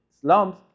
slums